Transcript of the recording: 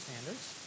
standards